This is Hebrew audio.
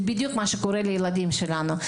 זה בדיוק מה שקורה לילדים שלנו,